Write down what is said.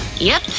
yep,